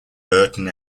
burton